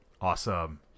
Awesome